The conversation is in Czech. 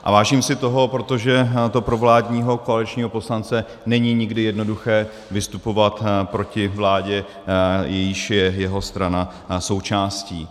A vážím si toho, protože to pro vládního koaličního poslance není nikdy jednoduché vystupovat proti vládě, jejíž je jeho strana součástí.